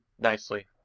nicely